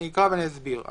אקרא ואסביר.